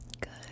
good